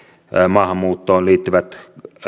maahanmuuttoon liittyvät